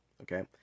Okay